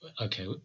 okay